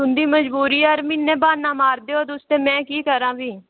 तुंदी मजबूरी हर म्हीने ब्हाना मारदेओ तुस ते में केह् करां फ्ही